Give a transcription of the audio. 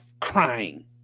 crying